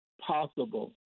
possible